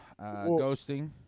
ghosting